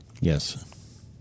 Yes